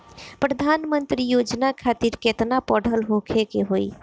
प्रधानमंत्री योजना खातिर केतना पढ़ल होखे के होई?